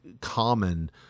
common